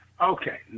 Okay